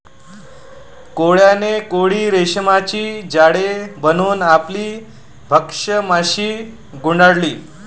कोळ्याने कोळी रेशीमचे जाळे बनवून आपली भक्ष्य माशी गुंडाळली